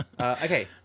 Okay